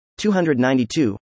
292